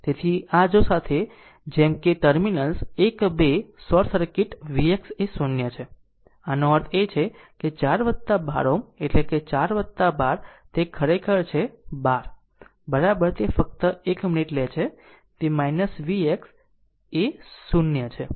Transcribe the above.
તેથી આ જો સાથે જેમ કે ટર્મિનલ્સ 1 2 શોર્ટ સર્કિટ Vx એ 0 છે આનો અર્થ છે 4 12 Ω એટલે કે 4 12 Ω તે ખરેખર છે 12 તે ફક્ત 1 મિનિટ છે તે Vx એ 0 છે